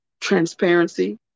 transparency